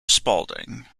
spaulding